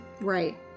Right